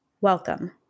Welcome